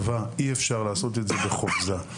אי-אפשר לעשות את זה בחופזה.